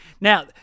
Now